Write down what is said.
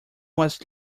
was